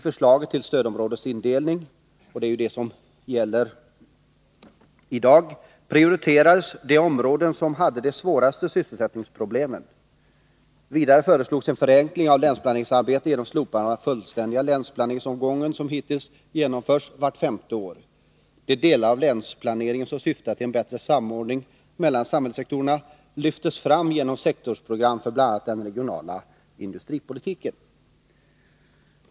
I förslaget till stödområdesindelning — det som gäller i dag — prioriterades de områden som hade de svåraste sysselsättningsproblemen. Vidare föreslogs en förenkling av länsplaneringsarbetet genom slopande av de fullständiga länsplaneringsomgångar som dittills genomförts vart femte år. De delar av länsplaneringen som syftade till en bättre samordning mellan samhällssektorerna lyftes fram genom sektorsprogram för bl.a. den regionala industripolitiken.